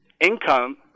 income